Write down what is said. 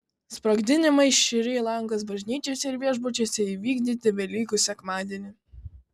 sprogdinimai šri lankos bažnyčiose ir viešbučiuose įvykdyti velykų sekmadienį